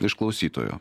iš klausytojo